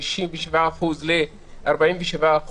מ-67% ל-47%,